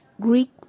Greek